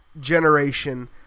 generation